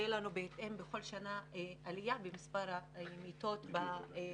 שתהיה לנו בהתאם בכל שנה עלייה במספר המיטות בפנימיות.